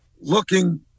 looking